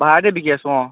ভাড়াতে বিক্ৰী আছোঁ অ